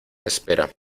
espera